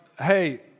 hey